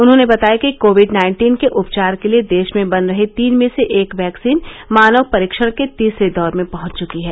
उन्होंने बताया कि कोविड नाइन्टीन के उपचार के लिए देश में बन रही तीन में से एक वैक्सीन मानव परीक्षण के तीसरे दौर में पहंच चुकी है